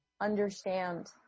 understand